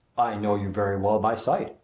know you very well by sight,